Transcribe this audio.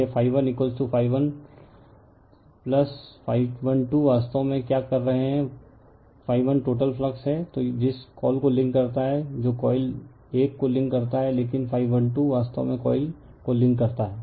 तो यह∅ 1 ∅ 1 1∅ 1 2 वास्तव में क्या कर रहे हैं ∅1 टोटल फ्लक्स है जो इस कॉल को लिंक करता है जो कॉइल 1 को लिंक करता है लेकिन ∅ 1 2 वास्तव में कॉइल को लिंक करता है